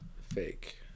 fake